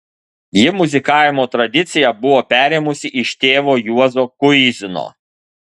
ji muzikavimo tradiciją buvo perėmusi iš tėvo juozo kuizino